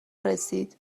رسید